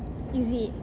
is it